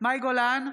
מאי גולן,